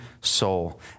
soul